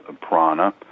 prana